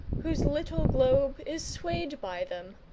whose little globe is swayed by them,